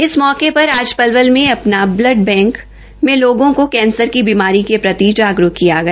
इस मौके पर आज पलवल में अपना ब्लड बैंक में लोगो को कैंसर की बीमारी के प्रति जागरूक् किया गया